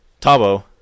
Tabo